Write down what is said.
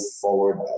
forward